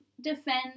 defend